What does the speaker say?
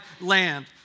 land